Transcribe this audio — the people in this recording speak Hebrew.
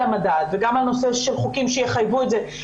המדד וגם על נושא של חוקים שיחייבו את זה,